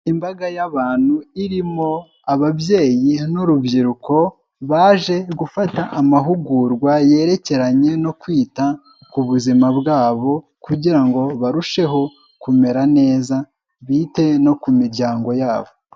Imbaga y'abantu irimo ababyeyi n'urubyiruko baje gufata amahugurwa yerekeranye no kwita ku buzima bwabo kugira ngo barusheho kumera neza bite no ku miryango yabo.